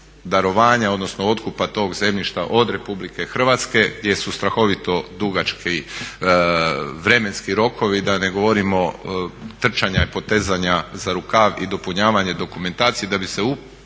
darovanja, odnosno otkupa tog zemljišta od RH gdje su strahovito dugački vremenski rokovi, da ne govorimo trčanja i potezanja za rukav i dopunjavanje dokumentacije da bi se upravo